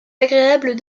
agréables